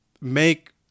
make